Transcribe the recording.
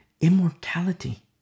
immortality